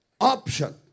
option